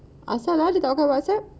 asal dia pakai WhatsApp